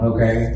Okay